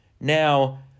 Now